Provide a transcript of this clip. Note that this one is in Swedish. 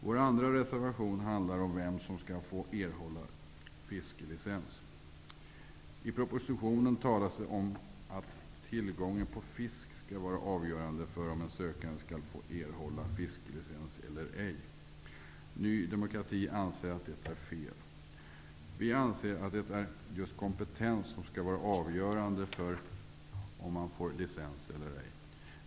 Vår andra reservation handlar om vem som skall erhålla fiskelicens. I propositionen talas det om att tillgången på fisk skall vara avgörande för om en sökande skall erhålla fisklicens eller ej. Ny demokrati anser att det är fel. Vi anser att kompetensen skall vara avgörande för om man får licens eller ej.